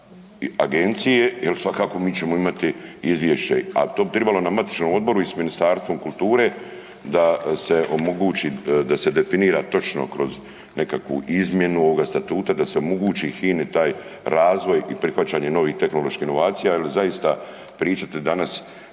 a to bi tribalo na matičnom odboru i s Ministarstvom kulture da se omogući da se definira točno kroz nekakvu izmjenu ovoga statuta da se omogući HINA-i taj razvoj i prihvaćanje novih tehnoloških inovacija jel zaista pričati danas